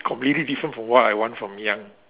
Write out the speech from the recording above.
completely different from what I want from young